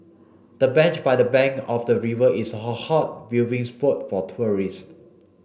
the bench by the bank of the river is a hot viewing spot for tourists